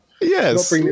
Yes